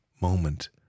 moment